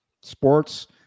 sports